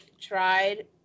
tried